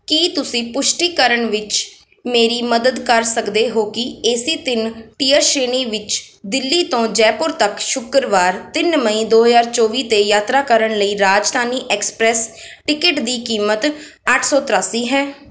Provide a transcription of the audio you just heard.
ਕੀ ਤੁਸੀਂ ਪੁਸ਼ਟੀ ਕਰਨ ਵਿੱਚ ਮੇਰੀ ਮਦਦ ਕਰ ਸਕਦੇ ਹੋ ਕਿ ਏ ਸੀ ਤਿੰਨ ਟੀਅਰ ਸ਼੍ਰੇਣੀ ਵਿੱਚ ਦਿੱਲੀ ਤੋਂ ਜੈਪੁਰ ਤੱਕ ਸ਼ੁੱਕਰਵਾਰ ਤਿੰਨ ਮਈ ਦੋ ਹਜ਼ਾਰ ਚੌਵੀ 'ਤੇ ਯਾਤਰਾ ਕਰਨ ਲਈ ਰਾਜਧਾਨੀ ਐਕਸਪ੍ਰੈਸ ਟਿਕਟ ਦੀ ਕੀਮਤ ਅੱਠ ਸੌ ਤਰਿਆਸੀ ਹੈ